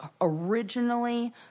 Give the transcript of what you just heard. originally